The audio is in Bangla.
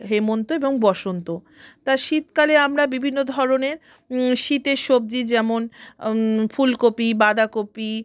হেমন্ত এবং বসন্ত তা শীতকালে আমরা বিভিন্ন ধরনের শীতের সবজি যেমন ফুলকপি বাঁধাকপি